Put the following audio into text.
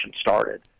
started